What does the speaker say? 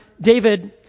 David